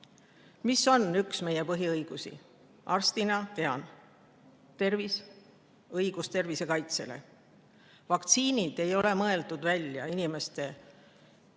Mis on üks meie põhiõigusi? Arstina tean: tervis, õigus tervise kaitsele. Vaktsiinid ei ole mõeldud välja inimeste